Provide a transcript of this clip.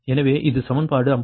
எனவே இது சமன்பாடு 54